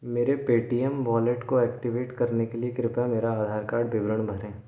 मेरे Paytm wallet को activate करने के लिए कृपया मेरा आधार कार्ड विवरण भरें